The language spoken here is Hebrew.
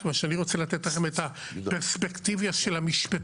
מה שאני רוצה לתת לכם את הפרספקטיבה של המשפטן.